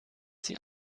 sie